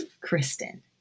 Kristen